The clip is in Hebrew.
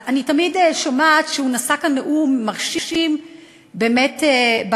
אני תמיד שומעת שהוא נשא כאן נאום מרשים על השואה,